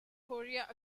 korea